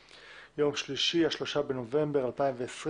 היום יום שלישי השלושה בנובמבר 2020,